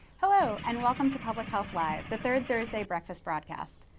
hello. and welcome to public health live, the third thursday breakfast broadcast.